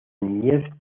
niñez